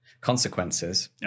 consequences